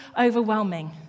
overwhelming